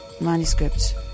manuscript